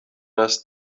است